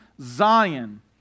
Zion